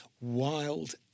wild